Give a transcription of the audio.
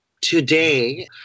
Today